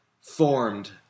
formed